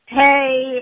Hey